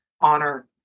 honor